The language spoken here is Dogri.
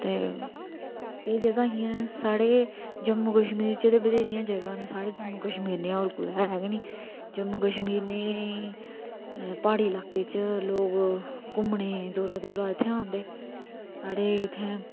ते एह् जगह हियां साढ़े जम्मू कशमीर ते बथ्हेरियां जगहां न जम्मू कश्मीर नेहा और कुतै है नी जम्मू कश्मीर नेहा प्हाड़ी इलाके च लोक घूमने गी दूरा दूरा इत्थै ओंदे साढ़े इत्थै